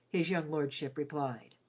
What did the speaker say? his young lordship replied.